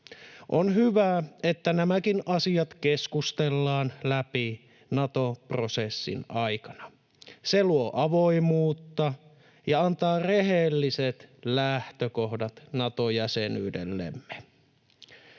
On hyvä, että nämäkin asiat keskustellaan läpi Nato-prosessin aikana. Se luo avoimuutta ja antaa rehelliset lähtökohdat Nato-jäsenyydellemme.